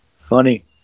funny